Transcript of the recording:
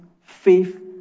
faith